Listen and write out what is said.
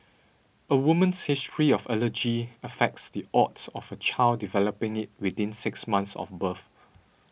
a woman's history of allergy affects the odds of her child developing it within six months of birth